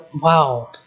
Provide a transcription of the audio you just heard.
Wow